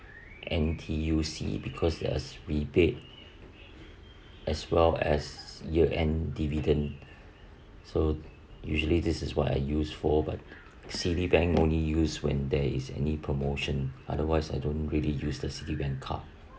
N_T_U_C because as we paid as well as year end dividend so usually this is what I used for but Citibank only used when there is any promotion otherwise I don't really use the Citibank card